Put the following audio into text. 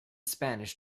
spanish